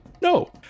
no